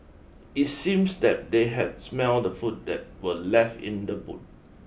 it seems that they had smelt the food that were left in the boot